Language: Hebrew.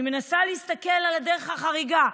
אני מנסה להסתכל על הדרך החריגה.